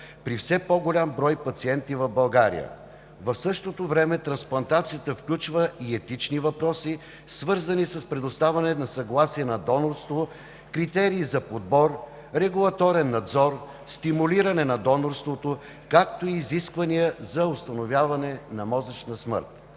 при все по-голям брой пациенти в България. В същото време трансплантацията включва и етични въпроси, свързани с предоставяне на съгласие за донорство, критерии за подбор, регулаторен надзор, стимулиране на донорството, както и изисквания за установяване на мозъчна смърт.